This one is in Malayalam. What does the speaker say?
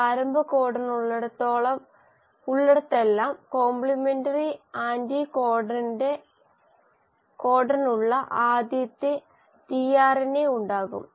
ഒരു ആരംഭ കോഡൺ ഉള്ളിടത്തെല്ലാം കോംപ്ലിമെന്ററി ആന്റികോഡണുള്ള ആദ്യത്തെ ടിആർഎൻഎ ഉണ്ടാവും